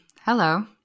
hello